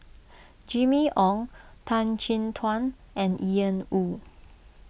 Jimmy Ong Tan Chin Tuan and Ian Woo